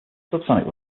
subsonic